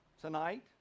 tonight